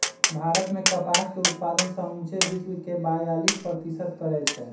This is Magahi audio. भारत मे कपास के उत्पादन समुचे विश्वके बेयालीस प्रतिशत करै छै